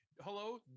hello